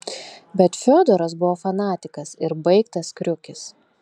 bet fiodoras buvo fanatikas ir baigtas kriukis